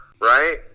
Right